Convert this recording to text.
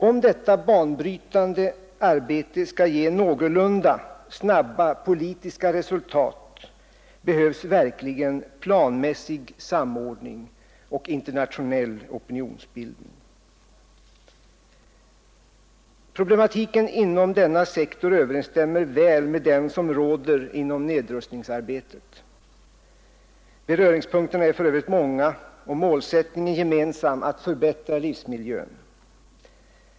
Om detta banbrytande arbete skall ge någorlunda snabba politiska resultat, behövs verkligen planmässig samordning och internationell opinionsbildning. Problematiken inom denna sektor överensstämmer väl med den som råder inom nedrustningsarbetet. Beröringspunkterna är för övrigt många och målsättningen gemensam: att förbättra livsmiljön.